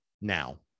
Now